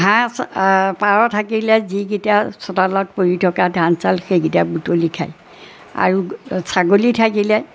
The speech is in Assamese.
হাঁহ পাৰ থাকিলে যিকেইটা চোতালত পৰি থকা ধান চাউল সেইকেইটা বুটলি খায় আৰু ছাগলী থাকিলে